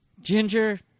Ginger